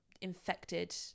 infected